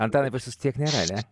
antanai pas jus tiek nėra ane